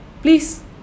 Please